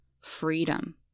freedom